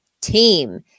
team